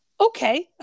okay